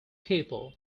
people